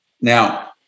Now